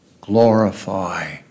glorify